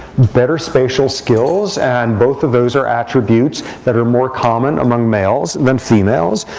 better spatial skills. and both of those are attributes that are more common among males than females.